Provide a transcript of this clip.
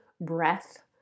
breath